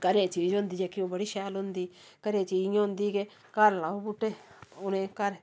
घरै दी चीज होंदी जेह्की ओह् बड़ी शैल होंदी घरै दी चीज बी होंदी के घर लाओ बूहटे हून एह् घर